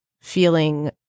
feeling